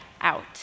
out